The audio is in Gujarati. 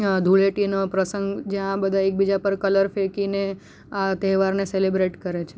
ધુળેટીનો પ્રસંગ જ્યાં બધા એકબીજા પર કલર ફેંકીને આ તહેવારને સેલિબ્રેટ કરે છે